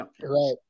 right